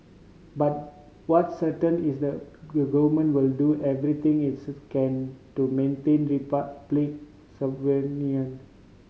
but what's certain is the the government will do everything it's can to maintain Republic